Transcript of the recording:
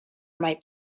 might